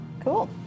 Cool